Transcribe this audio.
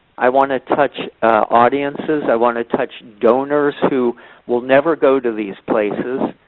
i want to touch audiences. i want to touch donors who will never go to these places,